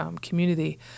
community